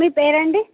మీ పేరు అండి